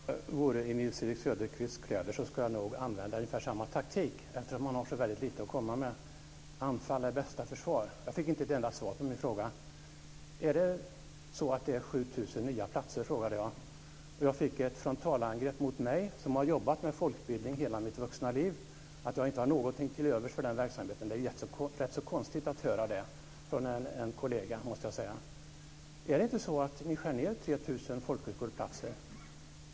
Fru talman! Om jag vore i Nils-Erik Söderqvists kläder skulle jag nog använda ungefär samma taktik. Han har så väldigt lite att komma med. Anfall är bästa försvar. Jag fick inte ett enda svar på min fråga. Är det så att det är 7 000 nya platser, frågade jag. Nils-Erik Söderqvist gick till frontalangrepp mot mig, som har jobbat med folkbildning hela mitt vuxna liv. Det är rätt konstigt att höra att jag inte har någonting till övers för den verksamheten från en kollega, måste jag säga. Är det inte så att ni skär ned med 3 000 folkhögskoleplatser?